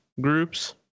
groups